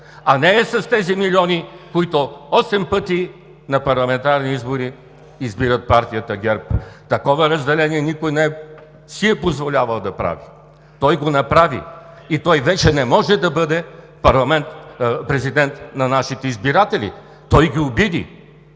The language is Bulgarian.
а не е с тези милиони, които осем пъти на парламентарни избори избират партията ГЕРБ. Такова разделение никой не си е позволявал да прави. Той го направи и той вече не може да бъде президент на нашите избиратели. Той ги обиди.